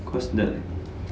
cause that